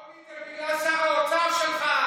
העוני זה בגלל שר האוצר שלך,